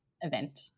event